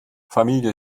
familie